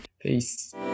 Peace